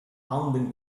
pounding